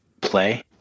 Play